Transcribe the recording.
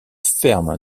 ferme